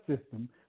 system